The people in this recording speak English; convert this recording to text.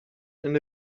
end